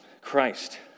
Christ